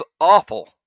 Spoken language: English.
awful